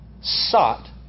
sought